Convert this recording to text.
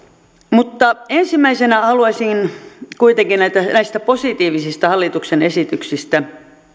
ensimmäisenä haluaisin kuitenkin näistä positiivisista hallituksen esityksistä